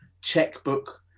checkbook